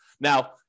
Now